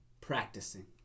practicing